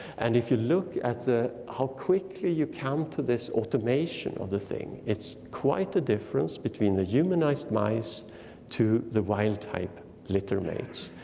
and if you look at how quickly you come to this automation of the thing, it's quite a difference between the humanized mice to the wild-type littermates.